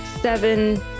seven